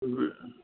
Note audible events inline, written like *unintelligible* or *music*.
*unintelligible*